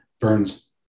burns